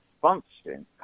function